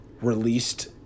released